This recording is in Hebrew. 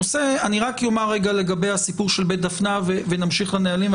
אני רק אומר רגע לגבי הסיפור של בית דפנה ונמשיך לנהלים.